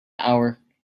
hour